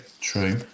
true